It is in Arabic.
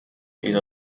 إلى